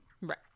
Right